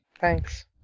Thanks